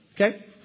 Okay